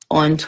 on